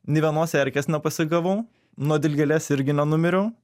nė vienos erkės nepasigavau nuo dilgėlės irgi nenumiriau